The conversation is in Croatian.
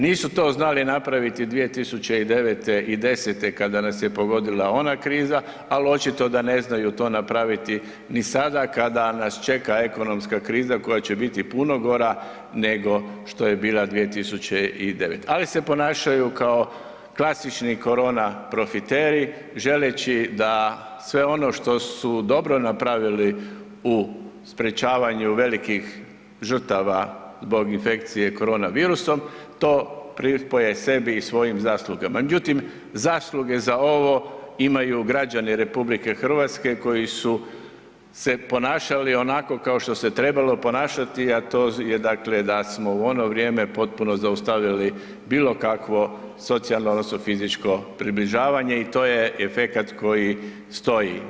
Nisu to znali napraviti 2009. i 2010. kada nas je pogodila ona kriza, ali očito da ne znaju to napraviti ni sada kad nas čeka ekonomska kriza koja će biti puno gora nego što je bila 2009., ali se ponašaju kao klasični korona profiteri želeći da sve ono što su dobro napravili u sprječavanju velikih žrtava zbog infekcije korona virusom, to pripoje sebi i svojim zaslugama međutim zasluge za ovo imaju građani RH koji su se ponašali onako kao što se trebalo ponašati a to je dakle da smo u ono vrijeme potpuno zaustavili bilokakvo socijalno odnosno fizičko približavanje i to je efekat koji stoji.